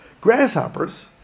Grasshoppers